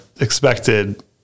expected